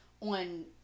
on